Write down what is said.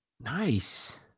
Nice